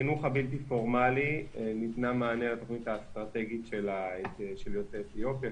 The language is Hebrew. בחינוך הבלתי פורמלי ניתן מענה לתוכנית האסטרטגית של יוצאי אתיופיה,